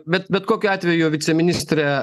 bet bet kokiu atveju viceministre